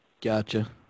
gotcha